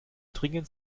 dringend